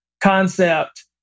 concept